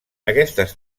aquestes